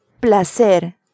Placer